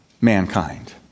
mankind